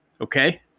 Okay